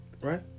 right